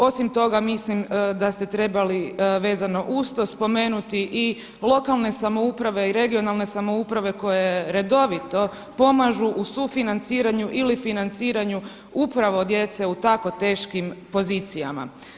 Osim toga mislim da ste trebali vezano uz to spomenuti i lokalne samouprave i regionalne samouprave koje redovito pomažu u sufinanciranju ili financiranju upravo djece u tako teškim pozicijama.